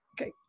Okay